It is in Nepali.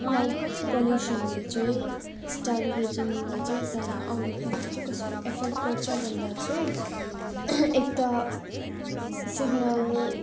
लाइट पल्युसनले चाहिँ स्टार गेजिङलाई चाहिँ तारा आउने क्रमलाई चाहिँ कसरी एफेक्ट गर्छ भन्दा चाहिँ एक त सिग्नल